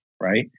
Right